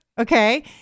okay